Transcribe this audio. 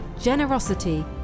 generosity